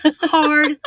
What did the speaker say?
hard